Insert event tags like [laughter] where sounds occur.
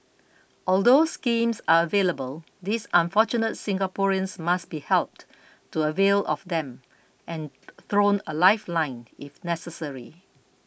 although schemes are available these unfortunate Singaporeans must be helped to avail of them and [noise] thrown a lifeline if necessary